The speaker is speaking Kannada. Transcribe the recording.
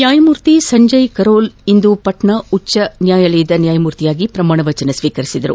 ನ್ನಾಯಮೂರ್ತಿ ಸಂಜಯ್ ಕರೋಲ್ ಅವರು ಇಂದು ಪಾಟ್ನಾ ಉಚ್ದ ನ್ನಾಯಾಲಯದ ನ್ನಾಯಮೂರ್ತಿಯಾಗಿ ಪ್ರಮಾಣವಚನ ಸ್ವೀಕರಿಸಿದರು